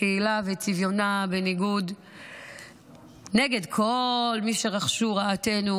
הקהילה וצביונה נגד כל מי שרחשו רעתנו,